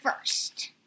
first